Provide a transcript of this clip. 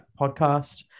podcast